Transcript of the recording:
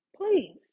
Please